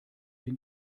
den